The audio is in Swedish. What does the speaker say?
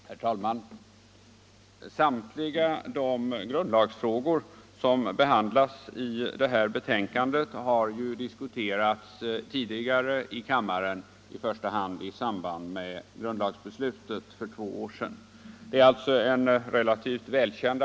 Herr talman! Samtliga de grundlagsfrågor som behandlas i detta betänkande har ju diskuterats tidigare i kammaren, i första hand i samband med grundlagsbeslutet för två år sedan. Argumenteringen är därför relativt välkänd.